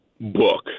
book